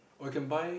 or you can buy